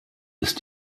ist